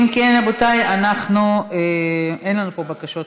אם כן, רבותיי, אנחנו, אין לנו פה בקשות,